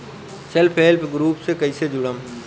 Self help group से कइसे जुड़म?